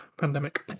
pandemic